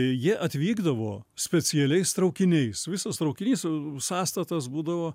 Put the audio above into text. jie atvykdavo specialiais traukiniais visas traukinys sąstatas būdavo